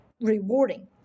rewarding